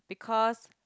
because